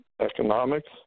economics